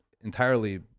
entirely